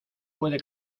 puede